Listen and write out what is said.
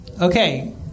Okay